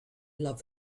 love